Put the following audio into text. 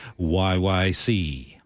YYC